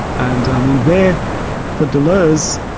and i mean there for deleuze,